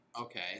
okay